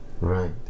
Right